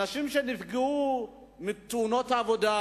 אנשים שנפגעו מתאונות עבודה,